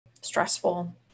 stressful